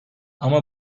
ama